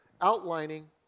outlining